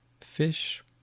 Fish